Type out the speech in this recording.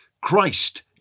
Christ